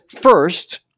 first